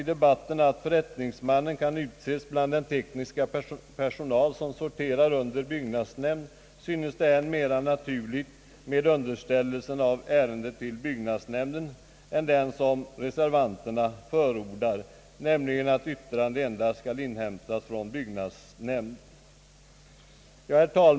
Om förrättningsman, såsom framhållits i debatten, kan utses bland den tekniska personal som sorterar under byggnadsnämnd, synes det också mera naturligt att ärendena underställes byggnadsnämnden än att, såsom reservanterna förordar, endast yttrande skall inhämtas från byggnadsnämnd.